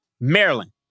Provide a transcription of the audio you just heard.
Maryland